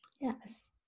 Yes